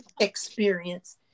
experience